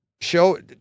show